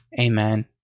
Amen